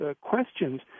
questions